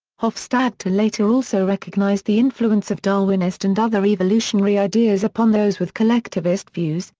hofstadter later also recognized the influence of darwinist and other evolutionary ideas upon those with collectivist views,